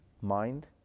mind